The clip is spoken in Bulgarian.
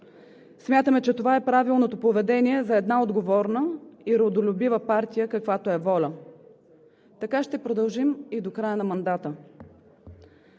Смятаме, че това е правилното поведение за една отговорна и родолюбива партия, каквато е ВОЛЯ. Така ще продължим и до края на мандата,